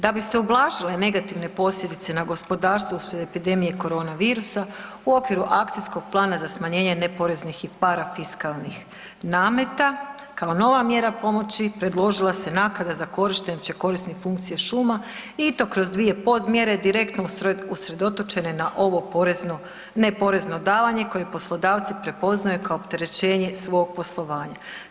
Da bi se ublažile negativne posljedice na gospodarstvo uslijed epidemije korona virusa u okviru akcijskog plana za smanjenje neporeznih i parafiskalnih nameta kao nova mjera pomoći predložila se naknada za korištenje općekorisnih funkcija šuma i to kroz dvije podmjere direktno usredotočene na ovo porezno, neporezno davanje koje poslodavci prepoznaju kao opterećenje svog poslovanja.